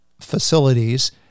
facilities